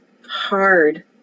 hard